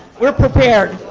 we're prepared.